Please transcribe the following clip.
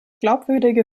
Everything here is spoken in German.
glaubwürdige